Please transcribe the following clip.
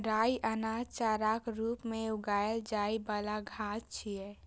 राइ अनाज, चाराक रूप मे उगाएल जाइ बला घास छियै